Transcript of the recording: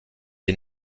les